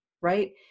right